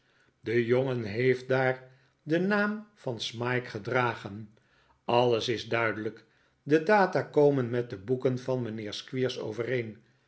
de jongen heeft daar den naam van smike gedragen alles is duidelijk de data komen met de boeken van mijnheer squeers overeen